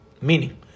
Meaning